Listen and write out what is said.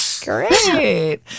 great